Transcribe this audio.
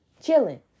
chilling